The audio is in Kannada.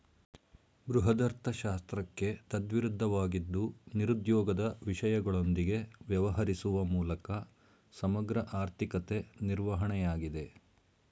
ಬೃಹದರ್ಥಶಾಸ್ತ್ರಕ್ಕೆ ತದ್ವಿರುದ್ಧವಾಗಿದ್ದು ನಿರುದ್ಯೋಗದ ವಿಷಯಗಳೊಂದಿಗೆ ವ್ಯವಹರಿಸುವ ಮೂಲಕ ಸಮಗ್ರ ಆರ್ಥಿಕತೆ ನಿರ್ವಹಣೆಯಾಗಿದೆ